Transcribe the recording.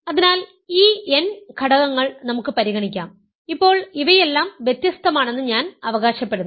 അതിനാൽ ഈ n ഘടകങ്ങൾ നമുക്ക് പരിഗണിക്കാം ഇപ്പോൾ ഇവയെല്ലാം വ്യത്യസ്തമാണെന്ന് ഞാൻ അവകാശപ്പെടുന്നു